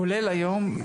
כולל היום,